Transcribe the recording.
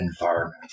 environment